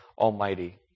Almighty